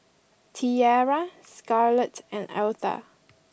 Tiera Scarlett and Altha